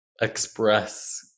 express